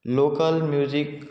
local music